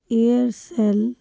Aircel